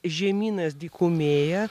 žemynas dykumėja